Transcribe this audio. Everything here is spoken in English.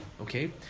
okay